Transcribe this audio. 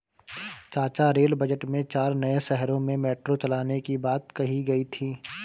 चाचा rail budget में चार नए शहरों में मेट्रो चलाने की बात कही गई थी